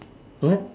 what